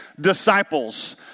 disciples